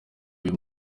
uyu